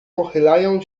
pochylają